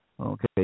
Okay